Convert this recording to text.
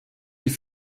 die